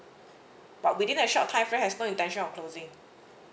but within a short of time has no intention of closing